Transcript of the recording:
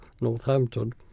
Northampton